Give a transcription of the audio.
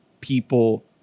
people